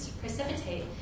precipitate